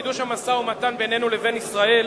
בינינו לבין ישראל,